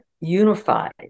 unified